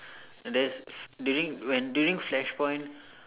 and there's during when during flash point